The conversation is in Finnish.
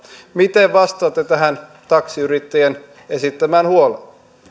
miten vastaatte tähän taksiyrittäjien esittämään huoleen